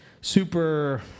super